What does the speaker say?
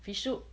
fish soup